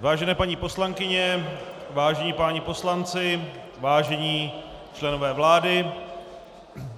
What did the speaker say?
Vážené paní poslankyně, vážení páni poslanci, vážení členové vlády,